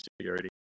security